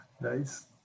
Nice